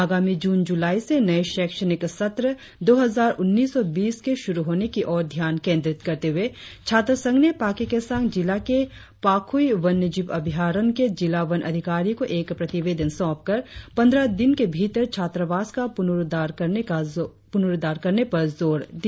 आगामी जून जूलाई से नए शैक्षणिक सत्र दो हजार उन्नीस बीस के शुरु होने की और ध्यान केंद्रीत करते हुए छात्र संघ ने पाके केसांग जिला के पाखुइ वन्यजीव अभ्यारण के जिला वन अधिकारी को एक प्रतिवेदन सौंपकर पंद्रह दिन के भीतर छात्रावास का पुनुरुदद्वार करने पर जोर दिया